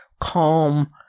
calm